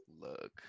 Look